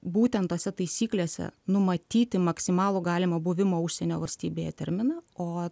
būtent tose taisyklėse numatyti maksimalų galimą buvimo užsienio valstybėje terminą o